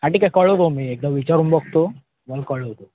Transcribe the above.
हां ठीक आहे कळवतो मी एकदा विचारून बघतो मग कळवतो